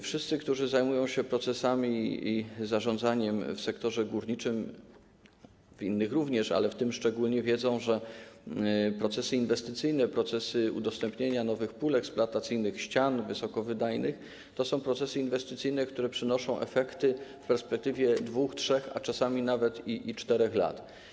Wszyscy, którzy zajmują się procesami i zarządzaniem w sektorze górniczym, w innych sektorach również, ale w tym szczególnie, wiedzą, że procesy inwestycyjne, procesy udostępnienia nowych pól eksploatacyjnych, ścian wysokowydajnych to są procesy inwestycyjne, które przynoszą efekty w perspektywie 2, 3, a czasami nawet i 4 lat.